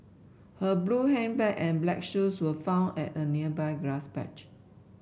her blue handbag and black shoes were found at a nearby grass patch